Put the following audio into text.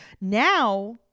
Now